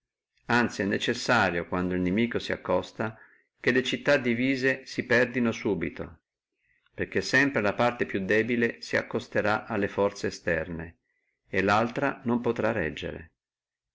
anzi è necessario quando il nimico si accosta che le città divise si perdino subito perché sempre la parte più debole si aderirà alle forze esterne e laltra non potrà reggere